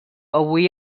avui